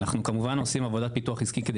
אנחנו כמובן עושים עבודת פיתוח עסקי כדי